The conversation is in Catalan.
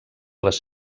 les